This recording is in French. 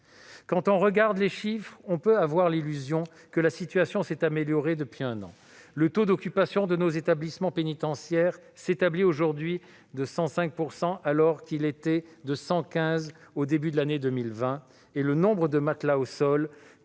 Quand on regarde les chiffres, on peut avoir l'illusion que la situation s'est améliorée depuis un an. Le taux d'occupation de nos établissements pénitentiaires s'établit aujourd'hui à 105 %, alors qu'il était de 115 % au début de l'année 2020, et le nombre de matelas au sol,